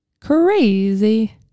crazy